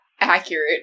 accurate